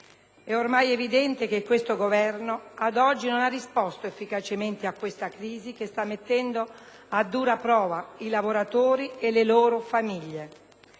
È ormai evidente che questo Governo ad oggi non ha risposto efficacemente a questa crisi che sta mettendo a dura prova i lavoratori e le loro famiglie.